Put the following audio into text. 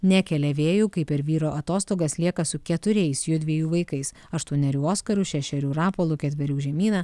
nekelia vėjų kaip per vyro atostogas lieka su keturiais jųdviejų vaikais aštuonerių oskaru šešerių rapolu ketverių žemyna